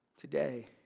today